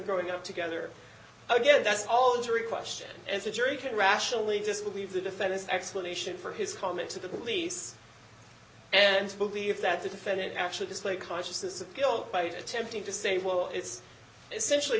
growing up together again that's all jury question as a jury can rationally disbelieve the defendant's explanation for his comment to the police and to believe that the defendant actually displayed consciousness of guilt by attempting to say well it's essentially